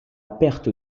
perte